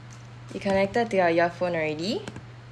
you connected to your earphone already